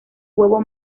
huevo